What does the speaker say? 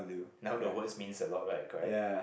now the words means a lot right correct